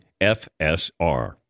FSR